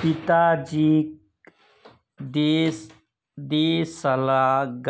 पिताजीक देसला